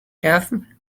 dürfen